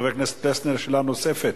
חבר הכנסת פלסנר, שאלה נוספת,